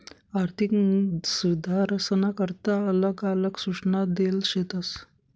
आर्थिक सुधारसना करता आलग आलग सूचना देल शेतस